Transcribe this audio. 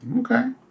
Okay